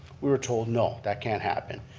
we were told, no, that can't happen.